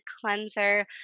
cleanser